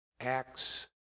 acts